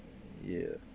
ya